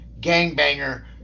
gangbanger